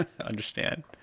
Understand